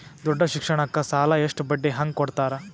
ದೊಡ್ಡ ಶಿಕ್ಷಣಕ್ಕ ಸಾಲ ಎಷ್ಟ ಬಡ್ಡಿ ಹಂಗ ಕೊಡ್ತಾರ?